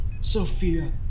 Sophia